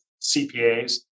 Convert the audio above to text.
CPAs